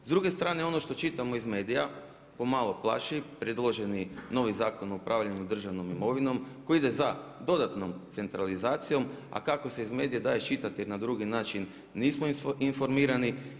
S druge strane, ono što čitamo iz medija, pomalo plaši, predloženi novi zakon o upravljanju državnom imovinom, koji ide za dodatnom centralizacijom, a kako se iz medija daje iščitati na drugi način nismo informirani.